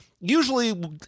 Usually